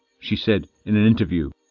she said in an interview.